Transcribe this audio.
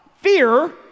fear